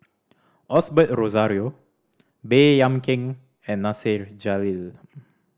Osbert Rozario Baey Yam Keng and Nasir Jalil